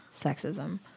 sexism